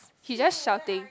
he just shouting